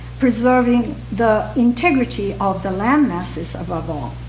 preserving the integrity of the land masses above all.